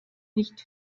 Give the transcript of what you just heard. nicht